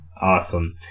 awesome